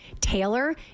Taylor